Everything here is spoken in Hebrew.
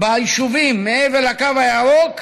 ביישובים מעבר לקו הירוק,